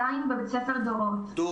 לציון.